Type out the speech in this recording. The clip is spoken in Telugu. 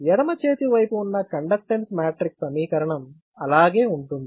ఎడమ చేతి వైపు ఉన్న కండక్టెన్స్ మ్యాట్రిక్స్ సమీకరణం అలాగే ఉంటుంది